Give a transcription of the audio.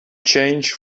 change